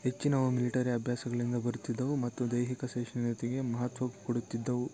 ಹೆಚ್ಚಿನವು ಮಿಲಿಟರಿ ಅಭ್ಯಾಸಗಳಿಂದ ಬರುತ್ತಿದ್ದವು ಮತ್ತು ದೈಹಿಕ ಸಹಿಷ್ಣುತೆಗೆ ಮಹತ್ವ ಕೊಡುತ್ತಿದ್ದವು